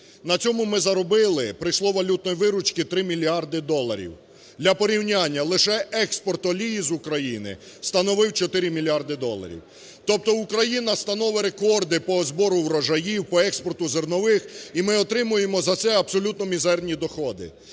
на цьому ми заробили, прийшло валютної виручки 3 мільярди доларів. Для порівняння лише експорт олії з України становив 4 мільярди доларів. Тобто Україна становить рекорди по збору врожаїв, по експорту зернових і ми отримуємо за це абсолютно мізерні доходи,